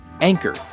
Anchor